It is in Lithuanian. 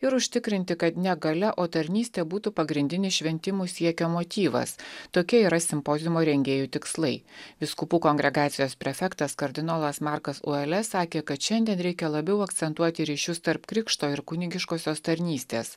ir užtikrinti kad ne galia o tarnystė būtų pagrindinis šventimų siekio motyvas tokie yra simpoziumo rengėjų tikslai vyskupų kongregacijos prefektas kardinolas markas uales sakė kad šiandien reikia labiau akcentuoti ryšius tarp krikšto ir kunigiškosios tarnystės